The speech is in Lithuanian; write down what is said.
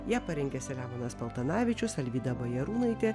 ją parengė selemonas paltanavičius alvyda bajarūnaitė